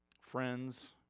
friends